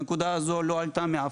הנקודה הזאת לא עלתה פה.